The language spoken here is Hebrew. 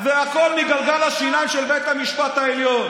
והכול מגלגל השיניים של בית המשפט העליון.